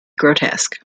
grotesque